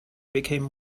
became